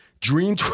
Dream